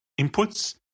inputs